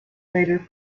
later